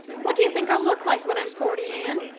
what do you think i'll look like when i'm forty, anne?